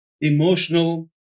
emotional